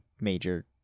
major